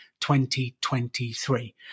2023